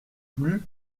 plus